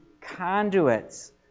conduits